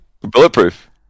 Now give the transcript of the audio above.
Bulletproof